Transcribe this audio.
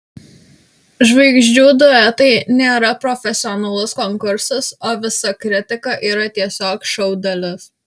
žvaigždžių duetai nėra profesionalus konkursas o visa kritika yra tiesiog šou dalis